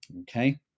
Okay